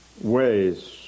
ways